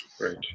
Right